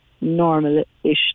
normal-ish